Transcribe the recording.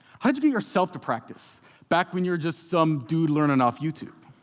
how'd you get yourself to practice back when you were just some dude learning off youtube?